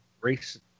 race